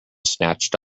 snatched